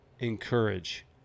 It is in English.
encourage